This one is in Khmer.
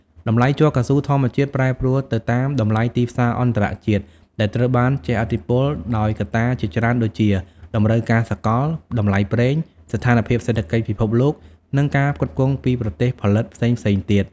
តម្លៃជ័រកៅស៊ូធម្មជាតិ ប្រែប្រួលទៅតាមតម្លៃទីផ្សារអន្តរជាតិ ដែលត្រូវបានជះឥទ្ធិពលដោយកត្តាជាច្រើនដូចជា តម្រូវការសកល តម្លៃប្រេង ស្ថានភាពសេដ្ឋកិច្ចពិភពលោកនិងការផ្គត់ផ្គង់ពីប្រទេសផលិតផ្សេងៗទៀត។